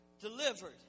Delivered